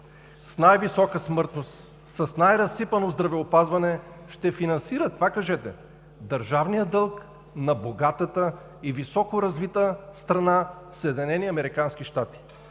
с най-висока смъртност, с най-разсипано здравеопазване ще финансира, това кажете, държавния дълг на богатата и високоразвита страна